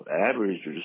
average